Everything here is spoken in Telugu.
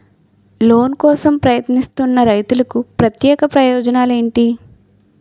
లోన్ కోసం ప్రయత్నిస్తున్న రైతులకు ప్రత్యేక ప్రయోజనాలు ఉన్నాయా?